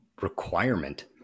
requirement